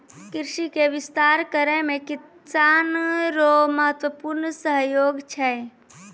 कृषि के विस्तार करै मे किसान रो महत्वपूर्ण सहयोग छै